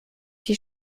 die